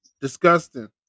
Disgusting